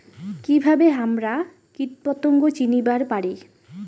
কিভাবে হামরা কীটপতঙ্গ চিনিবার পারি?